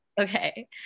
okay